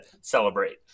celebrate